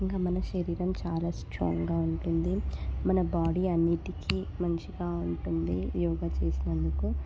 ఇంకా మన శరీరం చాలా స్ట్రాంగ్గా ఉంటుంది మన బాడీ అన్నిటికి మంచిగా ఉంటుంది యోగా చేసినందుకు